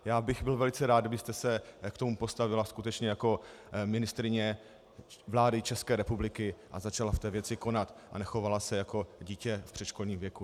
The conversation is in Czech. Já bych byl velice rád, kdybyste se k tomu postavila skutečně jako ministryně vlády České republika a začala v té věci konat a nechovala se jako dítě v předškolním věku.